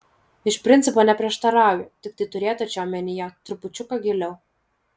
iš principo neprieštarauju tiktai turėta čia omenyje trupučiuką giliau